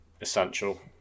essential